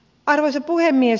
arvoisa puhemies